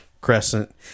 Crescent